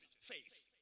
faith